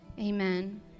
Amen